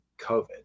COVID